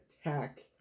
attack